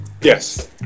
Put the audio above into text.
Yes